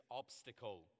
obstacle